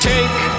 Take